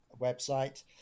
website